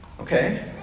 Okay